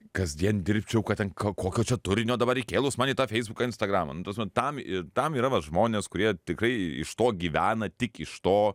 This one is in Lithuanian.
kasdien dirbčiau kad ten kokio čia turinio dabar įkėlus man į tą feisbuką instagramą nu ta prasme tam ir tam yra va žmonės kurie tikrai iš to gyvena tik iš to